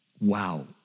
wow